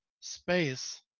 space